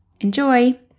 Enjoy